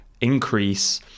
increase